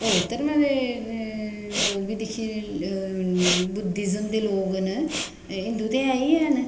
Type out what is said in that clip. होर धर्मैं दे लोक बी दिक्खे बुद्धियम दे लोग न हिंदू ते ऐ ई ऐन